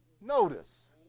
notice